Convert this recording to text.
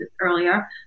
earlier